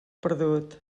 perdut